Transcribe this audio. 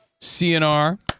CNR